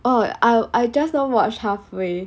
oh I I just now watch halfway